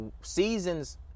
seasons